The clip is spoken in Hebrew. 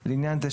לעניין זה,